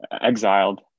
exiled